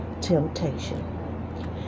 temptation